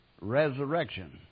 resurrection